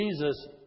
Jesus